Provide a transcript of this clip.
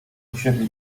usiedli